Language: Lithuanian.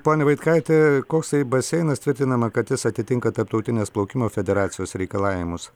pone vaitkaiti koksai baseinas tvirtinama kad jis atitinka tarptautinės plaukimo federacijos reikalavimus